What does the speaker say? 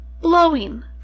blowing